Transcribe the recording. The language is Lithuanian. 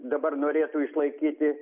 dabar norėtų išlaikyti